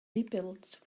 rebuilt